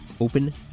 Open